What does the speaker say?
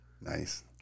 Nice